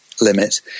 limit